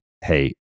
hey